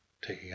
Taking